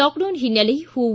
lockdown ಓನ್ನೆಲೆ ಹೂವು